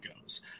goes